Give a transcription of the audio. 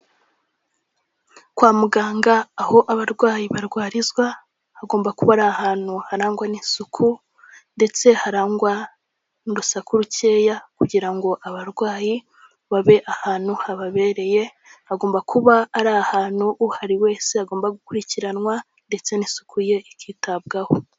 Kwa muganga aho abarwayi barwarizwa, hagomba kuba ari ahantu harangwa n'isuku ndetse harangwa n'urusaku rukeya kugira ngo abarwayi babe ahantu hababereye, hagomba kuba ari ahantu uhari wese agomba gukurikiranwa ndetse n'isuku ye ikitabwaho.